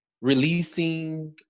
releasing